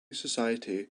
society